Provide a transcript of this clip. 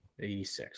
86